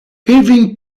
irving